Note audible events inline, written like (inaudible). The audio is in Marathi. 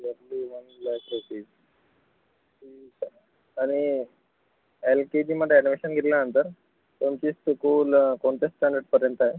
(unintelligible) आणि एल के जीमध्ये अॅडमिशन घेतल्यानंतर कोणती सुकूल कोणत्या स्टँडर्डपर्यंत आहे